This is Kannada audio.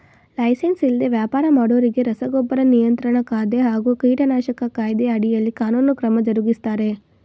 ಲೈಸೆನ್ಸ್ ಇಲ್ದೆ ವ್ಯಾಪರ ಮಾಡೋರಿಗೆ ರಸಗೊಬ್ಬರ ನಿಯಂತ್ರಣ ಕಾಯ್ದೆ ಹಾಗೂ ಕೀಟನಾಶಕ ಕಾಯ್ದೆ ಅಡಿಯಲ್ಲಿ ಕಾನೂನು ಕ್ರಮ ಜರುಗಿಸ್ತಾರೆ